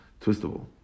twistable